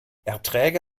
erträge